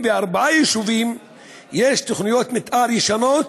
ב-44 יישובים יש תוכניות מתאר ישנות,